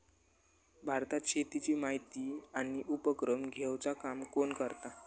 भारतात शेतीची माहिती आणि उपक्रम घेवचा काम कोण करता?